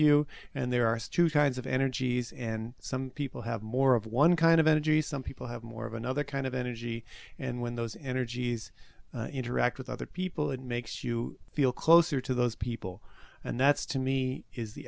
you and there are students of energies and some people have more of one kind of energy some people have more of another kind of energy and when those energies interact with other people it makes you feel closer to those people and that's to me is the